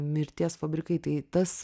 mirties fabrikai tai tas